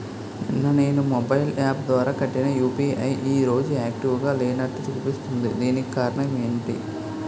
నిన్న నేను mobile app ద్వారా కట్టిన యు.పి.ఐ ఈ రోజు యాక్టివ్ గా లేనట్టు చూపిస్తుంది దీనికి కారణం ఏమిటి?